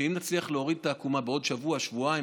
שאם נצליח להוריד את העקומה בעוד שבוע-שבועיים,